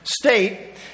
state